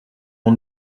mon